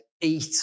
eat